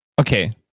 okay